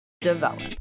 develop